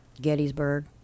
Gettysburg